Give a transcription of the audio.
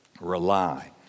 Rely